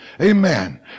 Amen